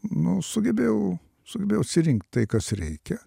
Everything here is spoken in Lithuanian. nu sugebėjau sugebėjau atsirinkt tai kas reikia